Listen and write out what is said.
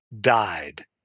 died